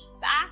back